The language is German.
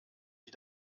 die